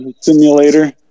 simulator